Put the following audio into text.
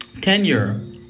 tenure